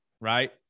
right